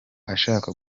ashaka